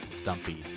stumpy